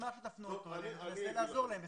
נשמח אם תפנו אותו אלינו וננסה לעזור להם,